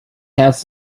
has